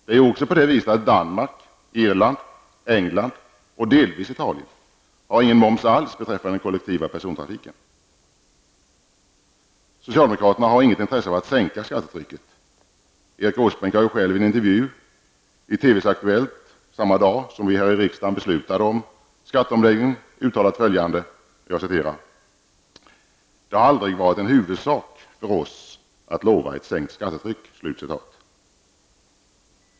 Det är ju också på det viset att Danmark, Irland, England och delvis Italien inte har någon moms alls beträffande den kollektiva persontrafiken. Socialdemokraterna har inget intresse av att sänka skattetrycket. Erik Åsbrink har ju själv i en intervju i TVs Aktuellt samma dag som riksdagen beslutade om skatteomläggningen uttalat följande: ''Det har aldrig varit en huvudsak för oss att lova ett sänkt skattetryck.''